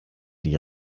die